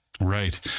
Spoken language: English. right